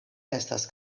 estas